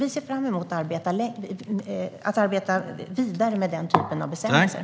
Vi ser fram emot att arbeta vidare med dessa bestämmelser.